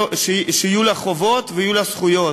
שיהיו לה חובות ויהיו לה זכויות.